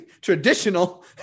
traditional